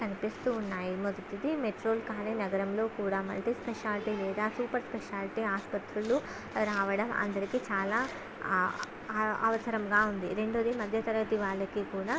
కనిపిస్తూ ఉన్నాయి మొదటిది మెట్రోలు కానీ నగరంలో కూడా మల్టీ స్పెషాలిటీ లేదా సూపర్ స్పెషాలిటీ ఆస్పత్రులు రావడం అందరికీ చాలా అవసరంగా ఉంది రెండవది మధ్య తరగతి వాళ్ళకి కూడా